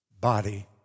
body